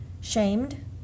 shamed